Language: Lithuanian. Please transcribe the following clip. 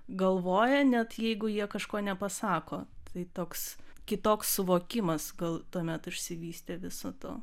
galvoja net jeigu jie kažko nepasako tai toks kitoks suvokimas gal tuomet išsivystė viso to